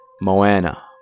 Moana